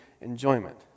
enjoyment